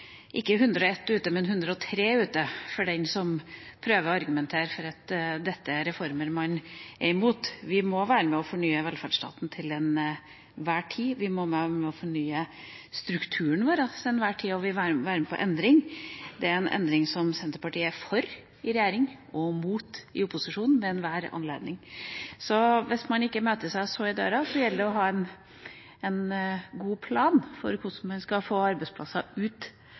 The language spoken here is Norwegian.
ikke hundre og ett ute, men hundre og tre ute for den som prøver å argumentere for at dette er reformer man er imot. Vi må være med og fornye velferdsstaten til enhver tid. Vi må være med og fornye strukturen vår til enhver tid, og vi må være med på endring. Det er en endring som Senterpartiet er for i regjering og imot i opposisjon, ved enhver anledning. Så hvis man ikke vil møte seg sjøl i døra, gjelder det å ha en god plan for hvordan man skal få arbeidsplasser ut